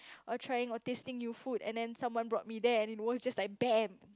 or trying or tasting new food and then someone brought me there it was just like bam